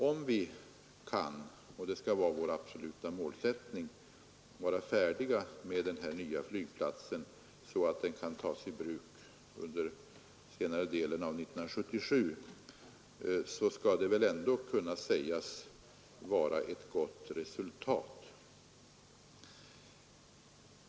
Om vi kan — och det skall vara vår absoluta målsättning — vara färdiga med den här nya flygplatsen så att den kan tas i bruk under senare delen av 1977 skall det ändå kunna sägas vara ett gott resultat.